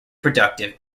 productive